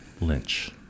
Lynch